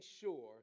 sure